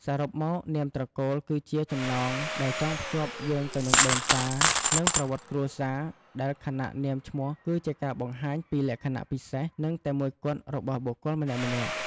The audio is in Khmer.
សរុបមក នាមត្រកូលគឺជាចំណងដែលចងភ្ជាប់យើងទៅនឹងដូនតា និង ប្រវត្តិគ្រួសារ ខណៈដែលនាមឈ្មោះគឺជាការបង្ហាញពីលក្ខណៈពិសេស និង តែមួយគត់របស់បុគ្គលម្នាក់ៗ។